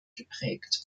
geprägt